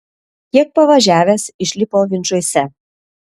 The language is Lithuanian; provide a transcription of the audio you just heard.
kiek pavažiavęs išlipo vinčuose